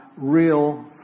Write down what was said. real